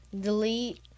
delete